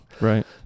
Right